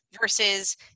versus